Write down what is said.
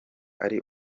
ari